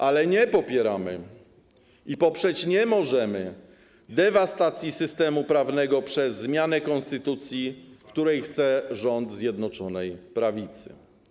Ale nie popieramy i poprzeć nie możemy dewastacji systemu prawnego przez zmianę konstytucji, której chce rząd Zjednoczonej Prawicy.